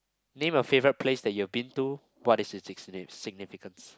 name a favourite place that you have been to what is it's s~ significance